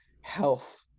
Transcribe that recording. health